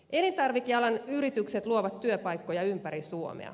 elintarvikealan yritykset luovat työpaikkoja ympäri suomea